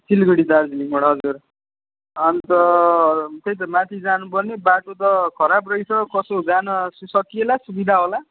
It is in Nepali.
सिलगढी दार्जिलिङ मोड हजुर अन्त त्यही त माथि जानुपर्ने बाटो त खराब रहेछ कसो जान सकिएला सुविधा होला